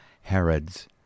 Herods